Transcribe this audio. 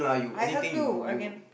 I help you I can